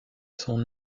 son